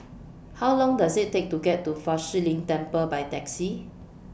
How Long Does IT Take to get to Fa Shi Lin Temple By Taxi